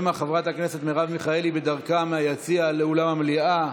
שמא חברת כנסת מרב מיכאלי בדרכה מהיציע לאולם המליאה,